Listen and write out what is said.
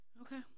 Okay